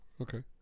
Okay